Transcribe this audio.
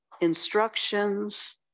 instructions